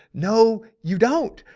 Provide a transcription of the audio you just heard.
no you don't.